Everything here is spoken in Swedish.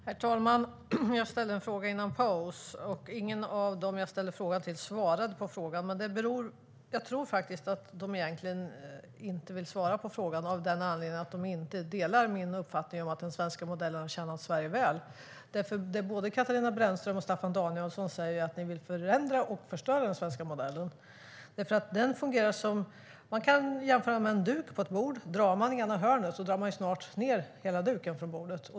Herr talman! Jag ställde en fråga före pausen. Ingen av dem jag ställde frågan till svarade på frågan. Jag tror att de egentligen inte vill svara på frågan av den anledningen att de inte delar min uppfattning om att den svenska modellen har tjänat Sverige väl. Både Katarina Brännström och Staffan Danielsson säger att ni vill förändra och förstöra den svenska modellen. Låt mig jämföra med en duk på ett bord. Drar man i ena hörnet drar man snart ned hela duken från bordet.